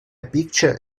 picture